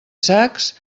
sacs